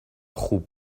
خوب